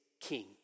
King